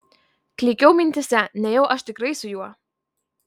klykiau mintyse nejau aš tikrai su juo